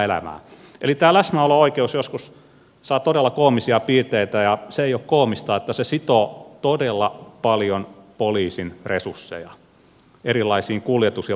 eli tämä läsnäolo oikeus saa joskus todella koomisia piirteitä ja se ei ole koomista että se sitoo todella paljon poliisin resursseja erilaisiin kuljetus ja vartiointitehtäviin